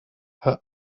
her